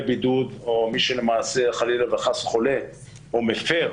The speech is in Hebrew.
בידוד או מי שלמעשה חלילה וחס חולה או מפר,